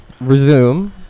Resume